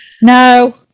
No